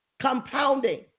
compounding